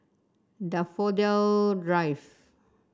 Daffodil Drive